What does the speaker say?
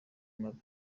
nabi